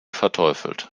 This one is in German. verteufelt